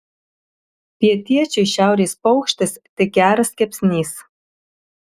pietiečiui šiaurės paukštis tik geras kepsnys